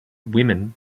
women